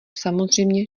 samozřejmě